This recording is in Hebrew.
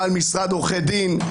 בעל משרד עורכי דין,